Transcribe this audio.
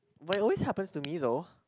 but it always happens to me though